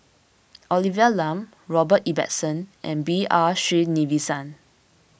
Olivia Lum Robert Ibbetson and B R Sreenivasan